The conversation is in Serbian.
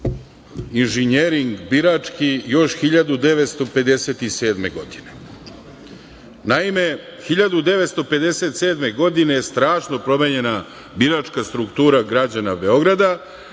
inžinjering birački još 1957. godine. Naime, 1957. godine je strašno promenjena biračka struktura građana Beograda,